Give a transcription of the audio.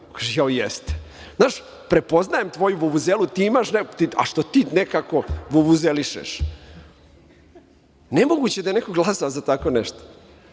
kaže – jao, jeste, znaš, prepoznajem tvoju vuvuzelu, a što ti nekako vuvuzelišeš. Nemoguće da je neko glasao za tako nešto.